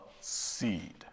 seed